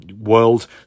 world